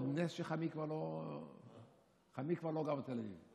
נס שחמי כבר לא גר בתל אביב.